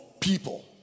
people